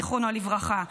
זיכרונו לברכה,